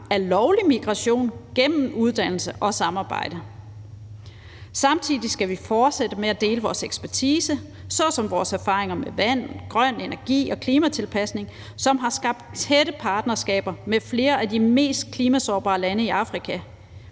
af lovlig migration gennem uddannelse og samarbejde. Samtidig skal vi fortsætte med at dele vores ekspertise såsom vores erfaringer med vand, grøn energi og klimatilpasning, hvilket har skabt tætte partnerskaber med flere af de mest klimasårbare lande i Afrika.